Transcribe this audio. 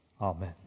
Amen